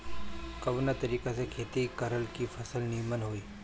कवना तरीका से खेती करल की फसल नीमन होई?